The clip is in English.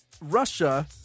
Russia